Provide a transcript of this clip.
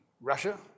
Russia